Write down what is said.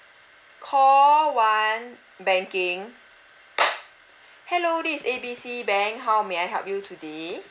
call one banking hello this is A B C bank how may I help you today